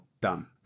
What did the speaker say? done